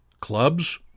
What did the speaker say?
clubs